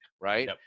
right